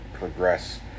Progress